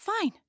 Fine